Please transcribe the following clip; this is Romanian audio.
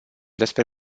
despre